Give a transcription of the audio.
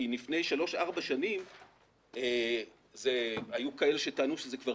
כי לפני שלוש-ארבע שנים היו כאלה שזה כבר